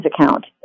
account